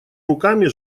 руками